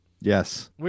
Yes